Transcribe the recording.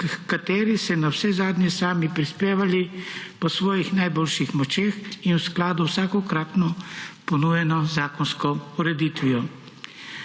kateri se navsezadnje sami prispevali po svojih najboljših močeh in v skladu z vsakokratno ponujeno zakonsko ureditvijo.